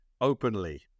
openly